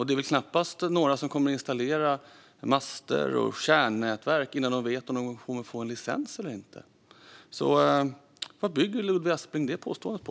Det är knappast några som kommer att installera master och stjärnnätverk innan de vet om de kommer att få en licens eller inte. Vad bygger Ludvig Aspling detta påstående på?